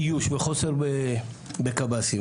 וחוסר בקב"סים.